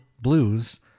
Blues